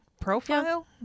profile